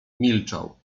milczał